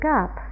up